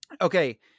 okay